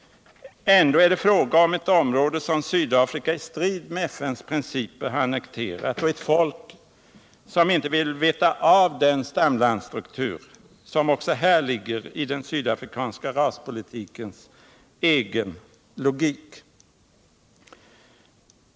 Ändå är det fråga om ett område, som Sydafrika i strid med FN:s principer har annekterat, och ett folk, som inte vill veta av den stamlandsstruktur, som också här ligger i den sydafrikanska raspolitikens egen logik.